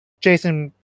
Jason